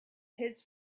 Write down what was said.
his